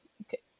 Okay